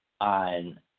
on